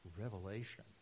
revelation